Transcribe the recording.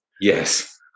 Yes